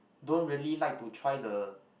don't really like to try the